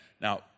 Now